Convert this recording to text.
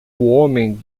homem